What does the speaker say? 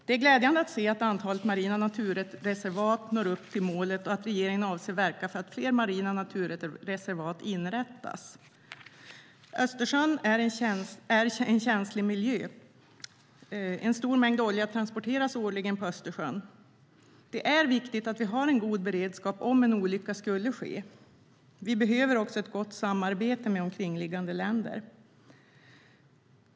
Det är glädjande att se att antalet marina naturreservat når upp till målet och att regeringen avser att verka för att fler marina naturreservat inrättas. Östersjön är en känslig miljö. En stor mängd olja transporteras årligen på Östersjön. Det är viktigt att vi har en god beredskap om en olycka skulle ske. Vi behöver också ett gott samarbete med omkringliggande länder.